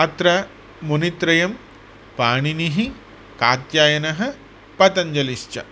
अत्र मुनित्रयं पाणिनिः कात्यायनः पतञ्जलिश्च